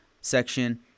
section